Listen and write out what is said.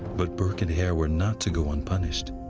but burke and hare were not to go unpunished.